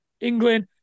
England